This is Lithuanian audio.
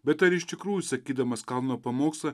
bet ar iš tikrųjų sakydamas kalno pamokslą